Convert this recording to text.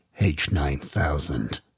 H9000